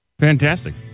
fantastic